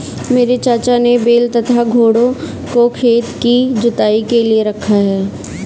मेरे चाचा ने बैल तथा घोड़ों को खेत की जुताई के लिए रखा है